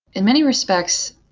in many respects,